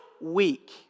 week